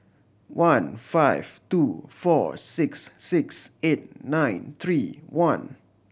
one five two four six six eight nine three one